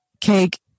cake